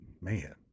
man